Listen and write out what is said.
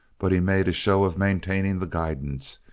but he made a show of maintaining the guidance,